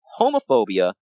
homophobia